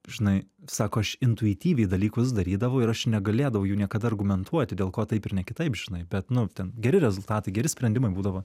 žinai sako aš intuityviai dalykus darydavau ir aš negalėdavau jų niekada argumentuoti dėl ko taip ir ne kitaip žinai bet nu ten geri rezultatai geri sprendimai būdavo